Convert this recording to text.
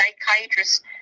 psychiatrist